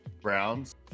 Browns